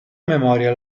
memoria